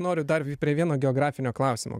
noriu dar prie vieno geografinio klausimo